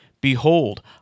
Behold